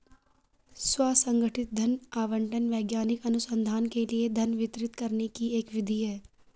स्व संगठित धन आवंटन वैज्ञानिक अनुसंधान के लिए धन वितरित करने की एक विधि है